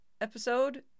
episode